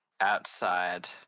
outside